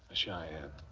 cheyenne.